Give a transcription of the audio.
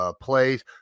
plays